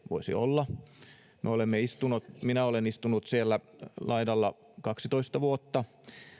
voisi olla näin vaikea minä olen istunut siellä laidalla kaksitoista vuotta